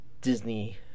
Disney